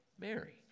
Mary